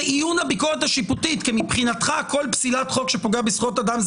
זה איון הביקורת השיפוטית כי מבחינתך כל פסילת חוק שפוגע בזכויות אדם,